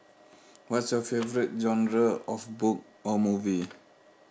what's your favorite genre of book or movie